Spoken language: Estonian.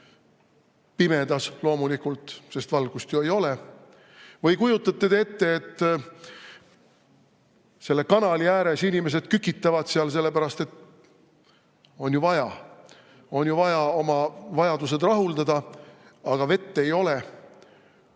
Pimedas loomulikult, sest valgust ju ei ole. Või kujutate te ette, et selle kanali ääres inimesed kükitavad seal, sellepärast et on ju vaja – on vaja oma vajadused rahuldada, aga vett ei